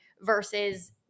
versus